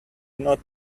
not